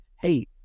Hey